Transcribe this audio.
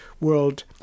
world